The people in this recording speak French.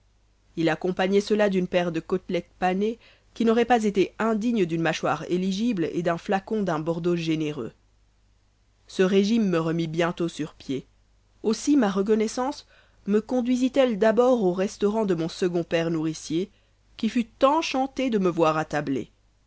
il accompagnait cela d'une paire de côtelettes panées qui n'auraient pas été indignes d'une mâchoire éligible et d'un flacon d'un bordeaux généreux ce régime me remit bientôt sur pieds aussi ma reconnaissance me conduisit elle d'abord au restaurant de mon second père nourricier qui fut enchanté de me voir attablé